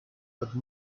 but